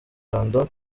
lando